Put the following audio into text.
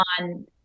on